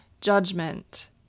judgment